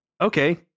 okay